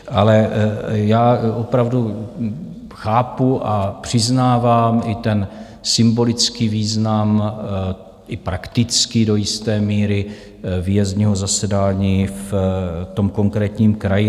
Ale já opravdu chápu a přiznávám i ten symbolický význam, i praktický do jisté míry výjezdního zasedání v konkrétním kraji.